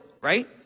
right